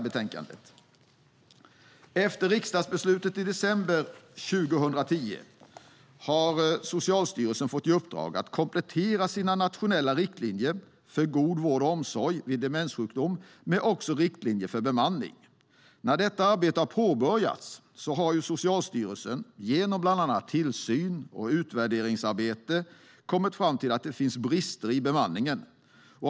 Efter riksdagsbeslutet i december 2010 har Socialstyrelsen fått i uppdrag att komplettera sina nationella riktlinjer för god vård och omsorg vid demenssjukdom med riktlinjer också för bemanning. När detta arbete har påbörjats har Socialstyrelsen genom bland annat tillsyn och utvärderingsarbete kommit fram till att det finns brister i bemanningen.